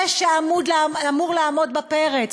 זה שאמור לעמוד בפרץ,